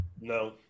No